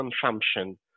consumption